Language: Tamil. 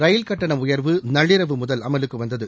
ரயில் கட்டண உயர்வு நள்ளிரவு முதல் அமலுக்கு வந்தது